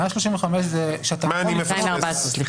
135 זה כשאתה --- מה אני מפספס?